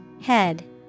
Head